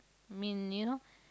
I mean you know